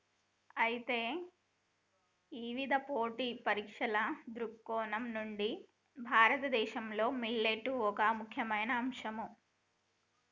అయితే ఇవిధ పోటీ పరీక్షల దృక్కోణం నుండి భారతదేశంలో మిల్లెట్లు ఒక ముఖ్యమైన అంశం